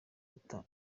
bita